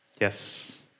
Yes